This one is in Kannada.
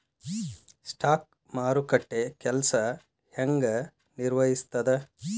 ಸ್ಟಾಕ್ ಮಾರುಕಟ್ಟೆ ಕೆಲ್ಸ ಹೆಂಗ ನಿರ್ವಹಿಸ್ತದ